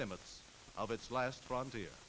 limits of its last problems here